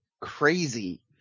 crazy